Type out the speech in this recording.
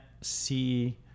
see